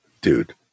Dude